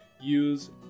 use